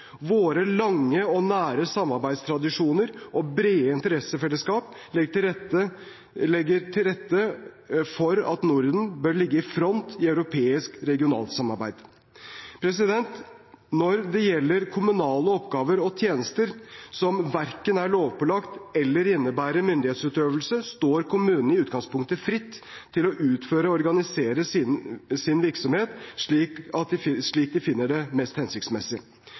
Våre lange og nære samarbeidstradisjoner og brede interessefellesskap legger til rette for at Norden bør ligge i front når det gjelder europeisk regionalt samarbeid. Når det gjelder kommunale oppgaver og tjenester som verken er lovpålagt eller innebærer myndighetsutøvelse, står kommunene i utgangspunktet fritt til å utføre og organisere sin virksomhet slik de finner det mest hensiktsmessig.